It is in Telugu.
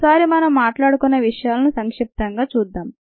ఒకసారి మనం మాట్లాడుకున్న విషయాలను సంక్షిప్తంగా చూద్దాం